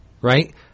right